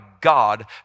God